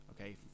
okay